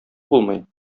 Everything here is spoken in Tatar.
булмый